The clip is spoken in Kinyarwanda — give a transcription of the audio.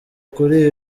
kuri